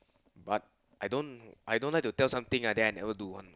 but I don't I don't like to tell something and then I never do one